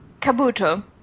Kabuto